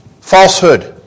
falsehood